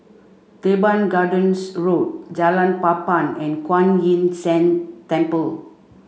Teban Gardens Road Jalan Papan and Kuan Yin San Temple